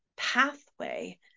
Pathway